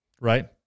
right